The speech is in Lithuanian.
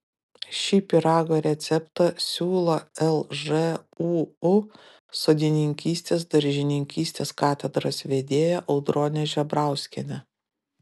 šį pyrago receptą siūlo lžūu sodininkystės daržininkystės katedros vedėja audronė žebrauskienė